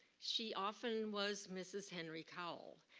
she often was mrs. henry cowell.